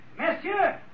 Monsieur